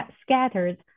scattered